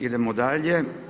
idemo dalje.